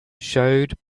showed